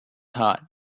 heart